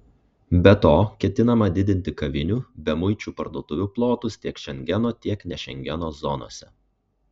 be to ketinama didinti kavinių bemuičių parduotuvių plotus tiek šengeno tiek ne šengeno zonose